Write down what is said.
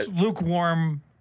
Lukewarm